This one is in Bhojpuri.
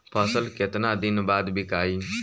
फसल केतना दिन बाद विकाई?